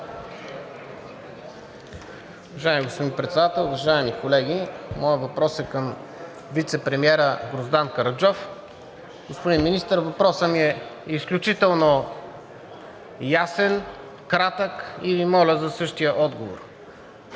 въпросът ми е изключително ясен, кратък и Ви моля за същия отговор.